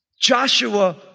Joshua